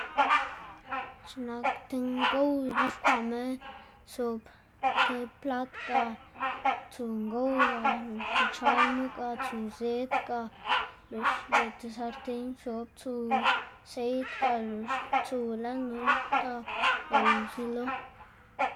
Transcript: x̱iꞌk nak ti ngow ix̱ixkwaꞌma sob ti plat, ga tsu ngow ga lox ichalmu, ga tsu zed ga lox lëꞌ ti sarten sob tsu seid ga lox tsuwu lën knu ta lëꞌwu tsuꞌlo.